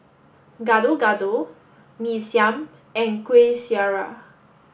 Gado Gado Mee Siam and Kueh Syara